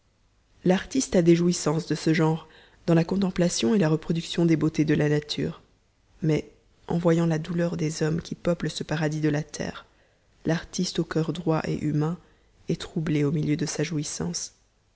l'artiste a des jouissances de ce genre dans la contemplation et la reproduction des beautés de la nature mais en voyant la douleur des hommes qui peuplent ce paradis de la terre l'artiste au cur droit et humain est troublé au milieu de sa jouissance